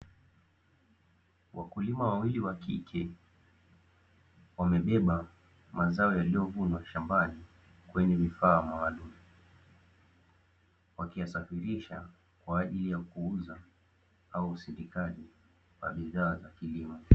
Wakulima wawili wa kike wamebeba mazao yaliiovunwa shambani kwenye vifaa maalumu, wakiyasafirisha kwaajili ya kuuza au usindikaji wa bidhaa za kilimo.